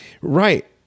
Right